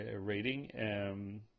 rating